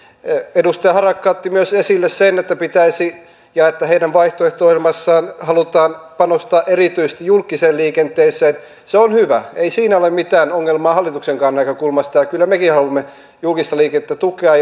edustaja harakka otti esille myös sen että pitäisi panostaa ja heidän vaihtoehto ohjelmassaan halutaan panostaa erityisesti julkiseen liikenteeseen se on hyvä ei siinä ole mitään ongelmaa hallituksenkaan näkökulmasta kyllä mekin haluamme julkista liikennettä tukea